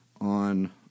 on